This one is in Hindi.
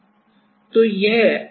तो हम संरचना बनाएंगे